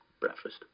breakfast